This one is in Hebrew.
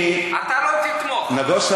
אתה לא תתמוך, אתה תתנגד.